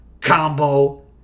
Combo